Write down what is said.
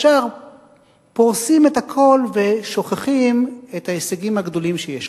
ישר פורסים את הכול ושוכחים את ההישגים הגדולים שיש.